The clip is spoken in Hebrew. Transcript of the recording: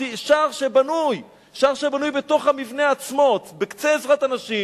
שבנוי בתוך המבנה עצמו בקצה עזרת הנשים.